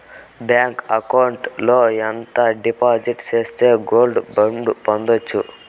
Bank account లో ఎంత డిపాజిట్లు సేస్తే గోల్డ్ బాండు పొందొచ్చు?